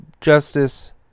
justice